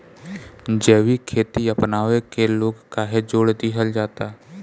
जैविक खेती अपनावे के लोग काहे जोड़ दिहल जाता?